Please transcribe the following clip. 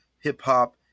hip-hop